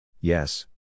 Yes